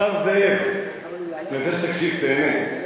השר זאב, אני רוצה שתקשיב, תיהנה.